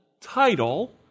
title